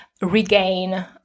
regain